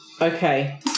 okay